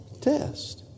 test